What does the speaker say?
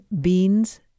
beans